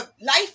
life